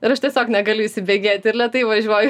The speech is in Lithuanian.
ir aš tiesiog negaliu įsibėgėti ir lėtai važiuoju